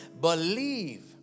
believe